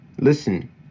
listen